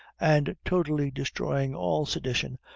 and, totally destroying all sedition,